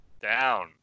Down